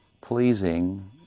pleasing